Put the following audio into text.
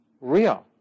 real